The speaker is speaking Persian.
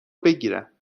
بگیرم